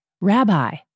Rabbi